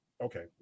Okay